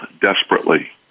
desperately